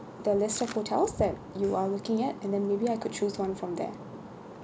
the list of hotels that you are looking at and then maybe I could choose one from there